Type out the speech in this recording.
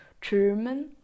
German